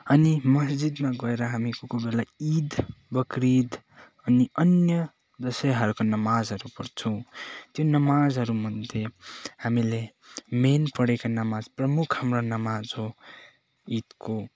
अनि मस्जिदमा गएर हामी को कोइ बेला ईद बक्रिईद अनि अन्य जसैहारका नमाजहरू पढ्छौँ त्यो नमाजहरूमध्ये हामीले मेन पढेको नमाज प्रमुख हाम्रो नमाज हो ईदको